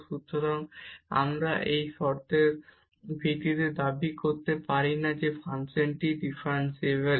সুতরাং আমরা এই দুটি শর্তের ভিত্তিতে দাবি করতে পারি না যে ফাংশনটি ডিফারেনসিবল